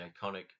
iconic